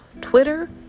Twitter